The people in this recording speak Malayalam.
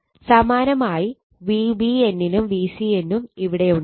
സമാനമായി Vbn നും Vcn ഇവിടുണ്ട്